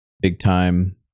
big-time